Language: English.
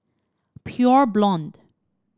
Pure Blonde